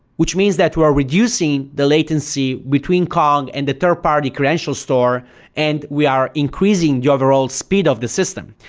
which means that we are reducing the latency between kong and the third-party credential store and we are increasing the overall speed of the system.